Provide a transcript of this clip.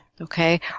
okay